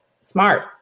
smart